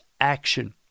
action